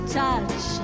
touch